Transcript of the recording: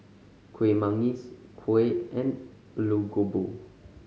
Kueh Manggis kuih and Aloo Gobi